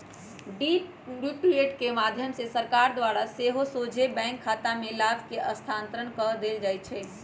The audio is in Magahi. डी.बी.टी के माध्यम से सरकार द्वारा सेहो सोझे बैंक खतामें लाभ के स्थानान्तरण कऽ देल जाइ छै